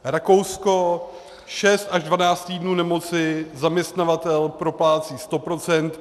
Rakousko šest až dvanáct týdnů nemoci, zaměstnavatel proplácí 100 %.